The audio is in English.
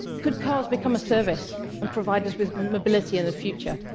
could cars become a service and provide us with mobility in the future?